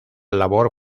labor